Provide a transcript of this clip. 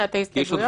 ברשומות אחר